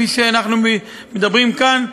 כפי שאנחנו מדברים כאן,